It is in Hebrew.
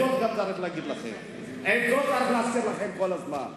צריך להגיד לכם את זה וצריך להזכיר לכם את זה כל הזמן.